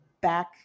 back